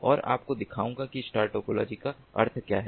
मैं आपको दिखाऊंगा कि स्टार टोपोलॉजी का अर्थ क्या है